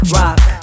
rock